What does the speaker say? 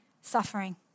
suffering